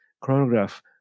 chronograph